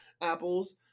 Apples